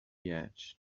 edge